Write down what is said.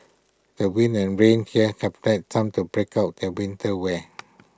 the winds and rain here have led some to break out their winter wear